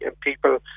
people